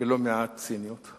בלא מעט ציניות,